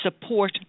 support